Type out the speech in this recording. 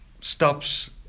stops